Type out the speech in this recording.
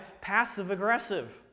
passive-aggressive